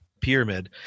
pyramid